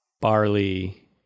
barley